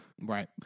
Right